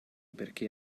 perché